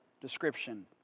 description